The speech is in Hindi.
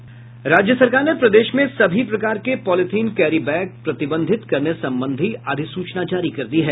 राज्य सरकार ने प्रदेश में सभी प्रकार के पॉलिथीन कैरी बैग प्रतिबंधित करने संबंधी अधिसूचना जारी कर दी है